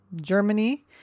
Germany